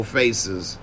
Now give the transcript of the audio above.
faces